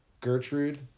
Gertrude